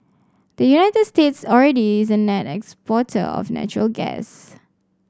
the United States already is a net exporter of natural gas